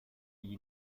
gli